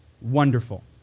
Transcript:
wonderful